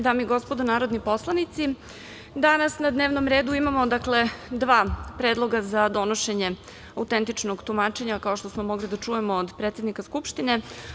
Dame i gospodo narodni poslanici, danas na dnevnom redu imamo dva predloga za donošenje autentičnog tumačenja, kao što smo mogli da čujemo od predsednika Skupštine.